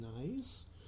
nice